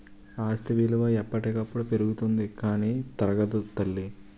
ఆస్తి విలువ ఎప్పటికప్పుడు పెరుగుతుంది కానీ తరగదు తల్లీ